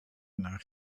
naar